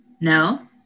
no